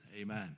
Amen